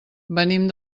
venim